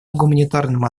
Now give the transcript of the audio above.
гуманитарным